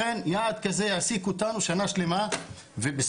לכן יעד כזה העסיק אותנו שנה שלמה ובסוף